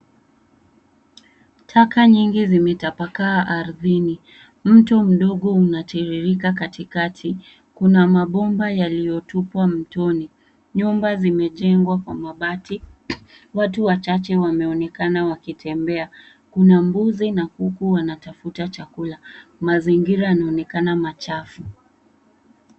Taka nyingi zimetapakaa ardhini. Mto mdogo unatiririka katikati. Kuna mabomba yaliyotupwa mtoni. Nyumba zimejengwa kwa mabati. Watu wachache wameonekana wakitembea. Kuna mbuzi na kuku wanatafuta chakula. Mazingira yanaonekana machafu.